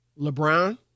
LeBron